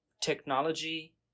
technology